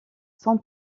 son